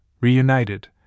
reunited